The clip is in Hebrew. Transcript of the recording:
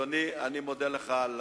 אדוני, אני מודה לך .